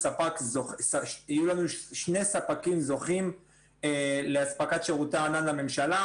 יהיו לנו שני ספקים זוכים לאספקת שירותי הענן לממשלה.